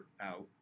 out